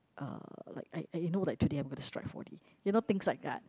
uh like I I you know that today I am going to strive for it you know things like that